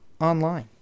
online